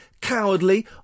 cowardly